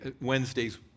Wednesdays